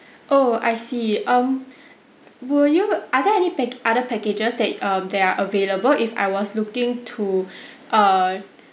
oh I see um were you are there any pac~ other packages that err that are available if I was looking to err